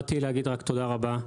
באתי רק להגיד תודה רבה,